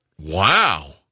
Wow